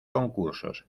concursos